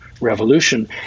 Revolution